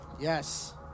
Yes